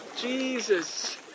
Jesus